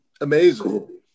amazing